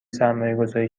سرمایهگذاری